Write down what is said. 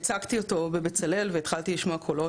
הצגתי את הפרוטוקול ב- ׳בצלאל׳ והתחלתי לשמוע קולות